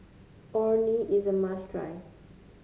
Orh Nee is a must try